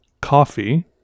coffee